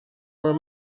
were